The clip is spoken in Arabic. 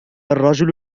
الرجل